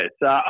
Yes